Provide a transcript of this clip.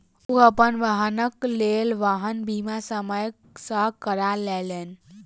ओ अपन वाहनक लेल वाहन बीमा समय सॅ करा लेलैन